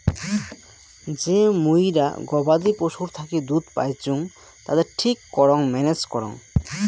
যে মুইরা গবাদি পশুর থাকি দুধ পাইচুঙ তাদের ঠিক করং ম্যানেজ করং